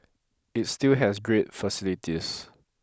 it still has great facilities